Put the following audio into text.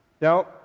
Now